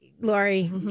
Lori